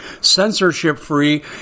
censorship-free